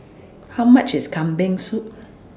How much IS Kambing Soup